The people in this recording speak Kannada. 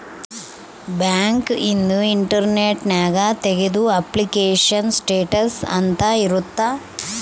ಬ್ಯಾಂಕ್ ಇಂದು ಇಂಟರ್ನೆಟ್ ನ್ಯಾಗ ತೆಗ್ದು ಅಪ್ಲಿಕೇಶನ್ ಸ್ಟೇಟಸ್ ಅಂತ ಇರುತ್ತ